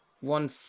One